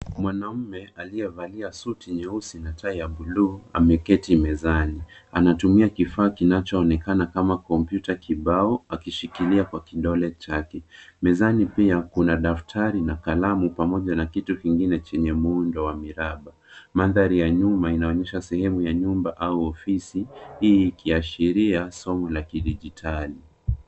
Mwanaume aliyevalia suti nyeusi na tai ya bluu ameketi mezani. Anatumia kifaa kinachoonekana kama kompyuta kibao akishikilia kwa kidole chake. Mezani pia kuna daftari na kalamu pamoja na kitu kingine chenye muundo wa miraba. Mandhari ya nyuma inaonyesha sehemu ya nyumba au ofisi, hii kiashiria somo la kidijitali.